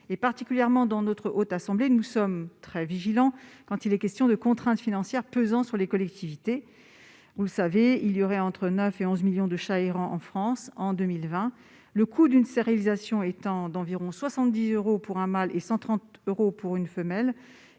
au sein de la Haute Assemblée, nous sommes particulièrement vigilants lorsqu'il est question de contraintes financières pesant sur les collectivités. Vous le savez, on recenserait entre 9 et 11 millions de chats errants en France en 2020. Le coût d'une stérilisation étant d'environ 70 euros pour un mâle et 130 euros pour une femelle,